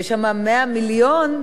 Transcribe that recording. שיש שם 100 מיליארד,